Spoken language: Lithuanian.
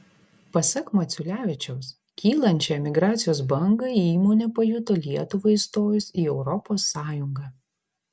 pasak maculevičiaus kylančią emigracijos bangą įmonė pajuto lietuvai įstojus į europos sąjungą